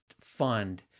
fund